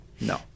No